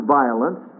violence